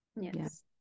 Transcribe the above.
Yes